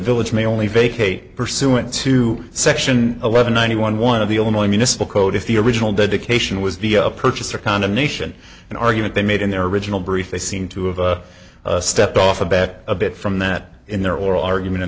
village may only vacate pursuant to section eleven ninety one one of the illinois municipal code if the original dedication was the purchaser condemnation an argument they made in their original brief they seem to have stepped off the bat a bit from that in their oral argument in